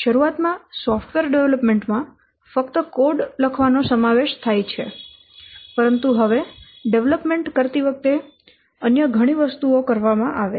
શરૂઆત માં software development માં ફક્ત કોડ લખવાનો સમાવેશ થાય છે પરંતુ હવે ડેવલપમેન્ટ કરતી વખતે ઘણી વસ્તુઓ કરવામાં આવે છે